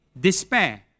despair